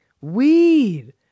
Weed